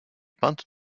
pentes